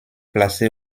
placé